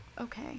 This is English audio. Okay